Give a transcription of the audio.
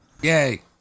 Yay